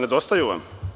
Nedostaju vam?